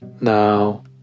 Now